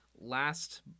last